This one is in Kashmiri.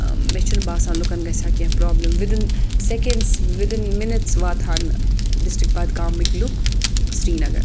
مےٚ چھُنہٕ باسان لُکَن گژھِ ہا کینٛہہ problem within seconds within minutes واتہَن ڈِسٹِرٛک بَدگامٕکۍ لُکھ سریٖنگر